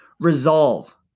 resolve